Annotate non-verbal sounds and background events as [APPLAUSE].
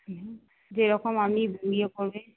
যেরকম [UNINTELLIGIBLE] ইয়ে করি